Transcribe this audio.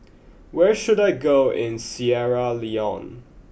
where should I go in Sierra Leone